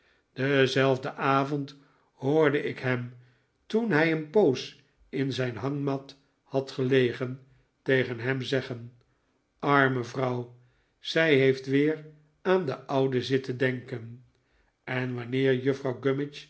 dienzelfden avond hoorde ik hem toen hij een poos in zijn hangmat had gelegen tegen ham zeggen arme vrouw zij heeft weer aan den oude zitten denken en wanneer juffrouw